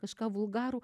kažką vulgarų